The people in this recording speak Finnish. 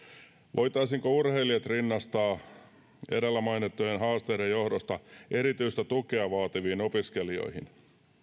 voitaisiinko urheilijat rinnastaa edellä mainittujen haasteiden johdosta erityistä tukea vaativiin opiskelijoihin